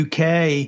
UK